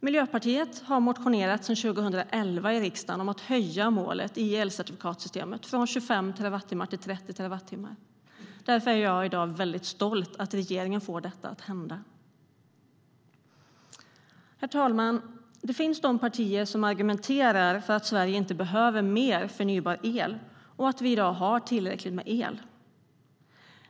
Miljöpartiet har sedan 2011 motionerat i riksdagen om att höja målet i elcertifikatssystemet från 25 terawattimmar till 30 terawattimmar. Därför är jag i dag väldigt stolt över att regeringen får detta att hända. Herr talman! Det finns partier som argumenterar för att Sverige inte behöver mer förnybar el och att vi i dag har tillräckligt med el.